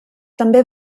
també